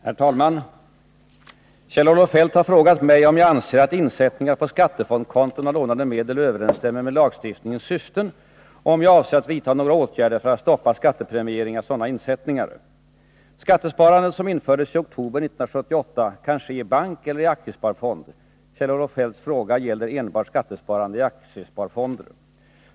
Herr talman! Kjell-Olof Feldt har frågat mig om jag anser att insättningar på skattefondskonton av lånade medel överensstämmer med lagstiftningens syften och om jag avser att vidta några åtgärder för att stoppa skattepremiering av sådana insättningar. Skattesparandet, som infördes i oktober 1978, kan ske i bank eller i en aktiesparfond. Kjell-Olof Feldts fråga gäller enbart skattesparande i aktiesparfonder.